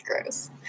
Gross